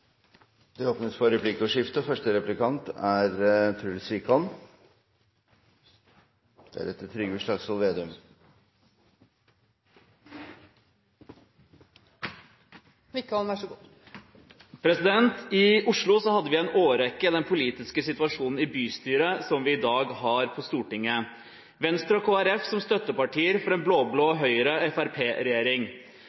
replikkordskifte. I Oslo hadde vi i en årrekke den politiske situasjonen i bystyret som vi i dag har på Stortinget – Venstre og Kristelig Folkeparti som støttepartier for en